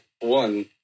one